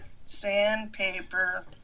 Sandpaper